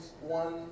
one